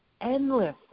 endless